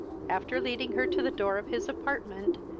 after leading her to the door of his apartment,